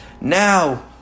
Now